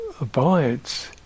abides